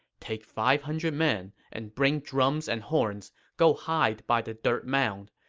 take five hundred men and bring drums and horns. go hide by the dirt mound.